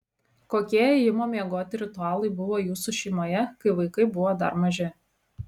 kokie ėjimo miegoti ritualai buvo jūsų šeimoje kai vaikai buvo dar maži